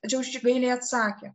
tačiau ši gailiai atsakė